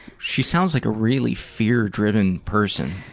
she sounds like a really fear-driven person.